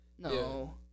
No